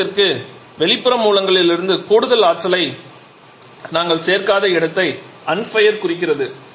அடித்தளத்திற்கு வெளிப்புற மூலங்களிலிருந்து கூடுதல் ஆற்றலை நாங்கள் சேர்க்காத இடத்தை அன்ஃபயர் குறிக்கிறது